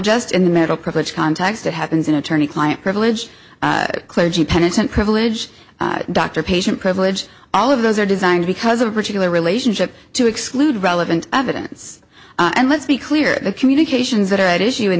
just in the middle class which context it happens in attorney client privilege clergy penitent privilege doctor patient privilege all of those are designed because of a particular relationship to exclude relevant evidence and let's be clear the communications that are at issue in